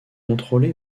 contrôlé